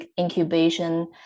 incubation